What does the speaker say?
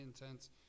intense